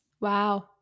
Wow